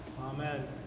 Amen